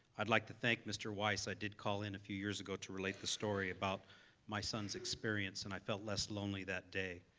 i'd like to thank mr. wise. i did call in a few years ago to relate the story about my son's experience and i felt less lonely that day.